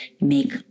make